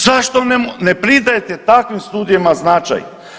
Zašto ne pridajete takvim studijama značaj?